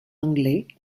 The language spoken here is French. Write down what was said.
anglais